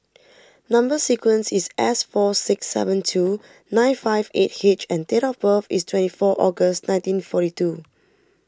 Number Sequence is S four six seven two nine five eight eight H and date of birth is twenty four August nineteen forty two